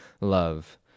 love